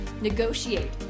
negotiate